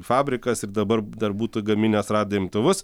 fabrikas ir dabar dar būtų gaminęs radijo imtuvus